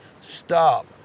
Stop